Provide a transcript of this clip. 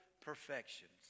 perfections